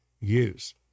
use